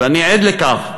ואני עד לכך.